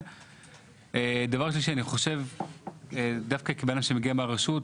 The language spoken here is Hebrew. דבר שלישי, דווקא כאדם שמגיע מהרשות,